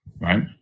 right